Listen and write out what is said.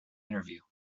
interview